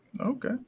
Okay